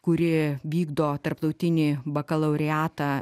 kuri vykdo tarptautinį bakalaureatą